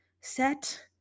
Set